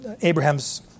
Abraham's